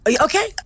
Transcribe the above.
Okay